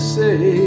say